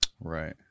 Right